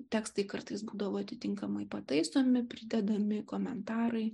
tekstai kartais būdavo atitinkamai pataisomi pridedami komentarai